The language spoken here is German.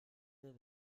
der